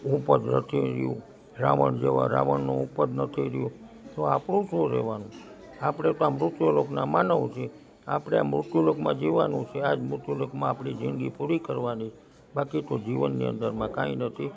હું પદ નથી રહ્યું રાવણ જેવા રાવણનું હું પદ નથી રહ્યું તો આપણું શું રહેવાનું આપણે તો આ મૃત્યુ લોકના માનવ છીએ આપણે આ મૃત્યુ લોકમાં જીવવાનું છે આજ મૃત્યુ લોકમાં આપણી જિંદગી પૂરી કરવાની બાકી તો જીવનની અંદરમાં કંઈ નથી